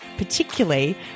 particularly